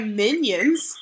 minions